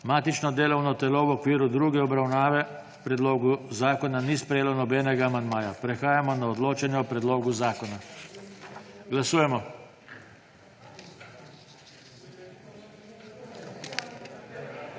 Matično delovno telo v okviru druge obravnave predloga zakona ni sprejelo nobenega amandmaja. Prehajamo na odločanje o predlogu zakona. Glasujemo.